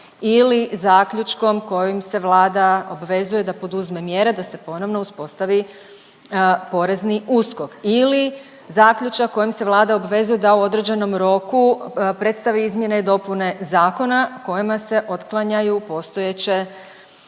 ili zaključkom kojim se Vlada obvezuje da poduzme mjere da se ponovno uspostavi porezni USKOK. Ili zaključak kojim se Vlada obvezuje da u određenom roku predstavi izmjene i dopune zakona kojima se otklanjaju postojeće